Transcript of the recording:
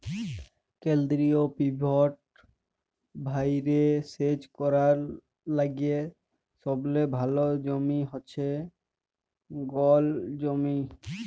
কেলদিরিয় পিভট ভাঁয়রে সেচ ক্যরার লাইগে সবলে ভাল জমি হছে গল জমি